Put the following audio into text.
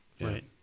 Right